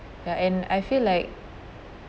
ya and I feel like